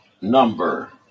number